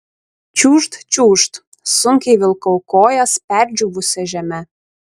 čiūžt čiūžt sunkiai vilkau kojas perdžiūvusia žeme